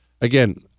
again